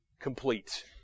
complete